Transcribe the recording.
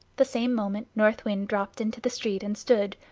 the same moment north wind dropt into the street and stood,